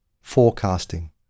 Forecasting